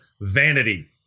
vanity